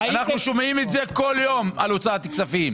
שומעים את זה כל יום על הוצאת כספים.